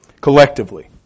collectively